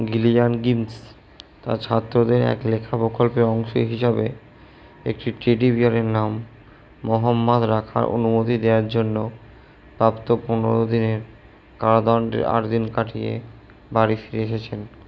Gillian Gibbons তার ছাত্রদের এক লেখা প্রকল্পের অংশ হিসাবে একটি টেডি বিয়ারের নাম মহম্মাদ রাখার অনুমতি দেওয়ার জন্য প্রাপ্ত পনেরো দিনের কারাদণ্ডের আট দিন কাটিয়ে বাড়ি ফিরে গেছেন